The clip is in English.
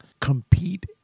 compete